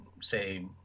say